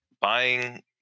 buying